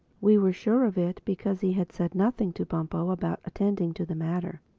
we were sure of it because he had said nothing to bumpo about attending to the matter.